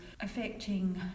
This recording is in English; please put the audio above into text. affecting